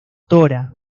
dra